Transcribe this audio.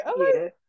okay